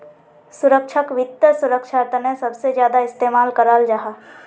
सुरक्षाक वित्त सुरक्षार तने सबसे ज्यादा इस्तेमाल कराल जाहा